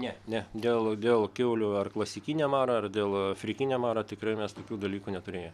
ne ne dėl dėl kiaulių ar klasikinio maro ar dėl afrikinio maro tikrai mes tokių dalykų neturėję